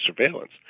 surveillance